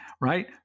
right